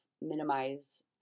minimize